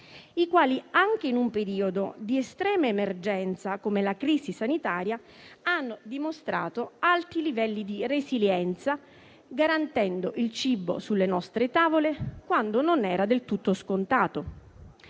i quali anche in un periodo di estrema emergenza come la crisi sanitaria hanno dimostrato alti livelli di resilienza, garantendo il cibo sulle nostre tavole quando ciò non era del tutto scontato.